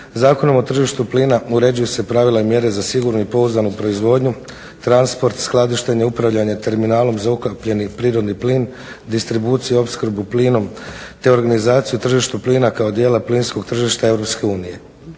Zakonom o tržištu plina uređuju se pravila i mjere za sigurnu i pouzdanu proizvodnju, transport, skladištenje, upravljanje terminalom za ukapljeni prirodni plin, distribuciju i opskrbu plinom, te organizaciju tržišta plina kao dijela plinskog tržišta